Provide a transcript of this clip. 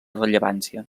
rellevància